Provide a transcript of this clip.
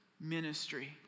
ministry